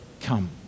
come